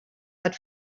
but